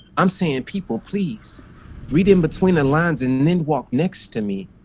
i'm saying people please read in between the lines and then walk next to me.